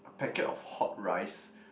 a packet of hot rice